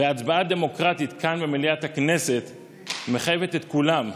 והצבעה דמוקרטית כאן במליאת הכנסת מחייבת את כולם,